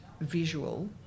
visual